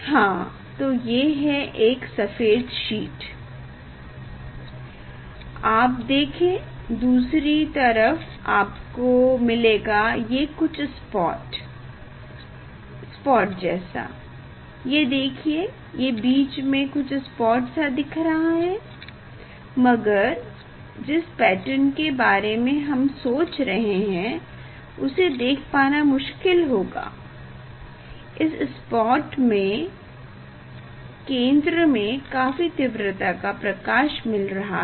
हाँ तो ये एक सफ़ेद शीट है आप देखें दूसरी तरफ आपको मिलेगा ये कुछ स्पॉट जैसा ये देखिए ये बीच में कुछ स्पॉट सा दिख रहा है मगर जिस पैटर्न के बारे में हम सोच रहे हैं उसे देख पाना मुश्किल होगा इस स्पॉट मे केंद्र में काफी तीव्रता का प्रकाश मिल रहा है